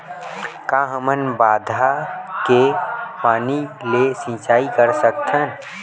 का हमन बांधा के पानी ले सिंचाई कर सकथन?